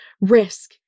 risk